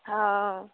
हँ